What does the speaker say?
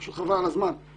פשוט חבל על הזמן,